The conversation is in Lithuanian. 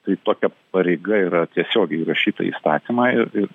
tai tokia pareiga yra tiesiogiai įrašyta į įstatymą ir ir